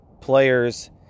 players